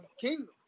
kingdom